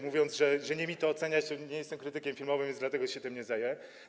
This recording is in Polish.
Mówię, że nie mi to oceniać, nie jestem krytykiem filmowym, więc dlatego się tym nie zająłem.